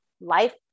life